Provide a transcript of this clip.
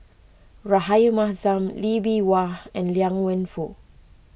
Rahayu Mahzam Lee Bee Wah and Liang Wenfu